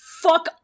Fuck